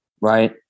Right